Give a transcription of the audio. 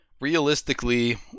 realistically